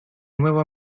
nuevo